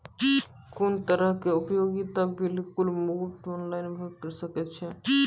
कुनू तरहक उपयोगिता बिलक भुगतान ऑनलाइन भऽ सकैत छै?